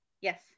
Yes